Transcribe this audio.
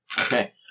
Okay